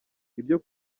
ibyo